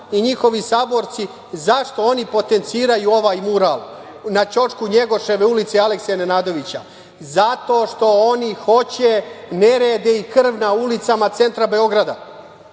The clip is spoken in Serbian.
i njihovi saborci, zašto oni potenciraju ovaj mural na ćošku Njegoševe ulice i Alekse Nenadovića? Zato što oni hoće nerede i krv na ulicama centra Beograda.